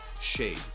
Shade